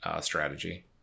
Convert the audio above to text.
strategy